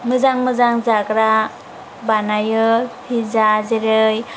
मोजां मोजां जाग्रा बानायो पिज्जा जेरै